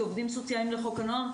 כעובדים סוציאליים לחוק הנוער,